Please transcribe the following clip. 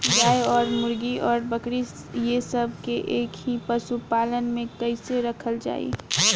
गाय और मुर्गी और बकरी ये सब के एक ही पशुपालन में कइसे रखल जाई?